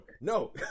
no